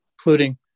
including